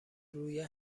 روی